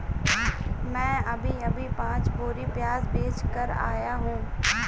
मैं अभी अभी पांच बोरी प्याज बेच कर आया हूं